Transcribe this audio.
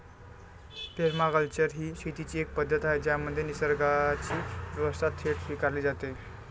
permaculture ही शेतीची एक पद्धत आहे ज्यामध्ये निसर्गाची व्यवस्था थेट स्वीकारली जाते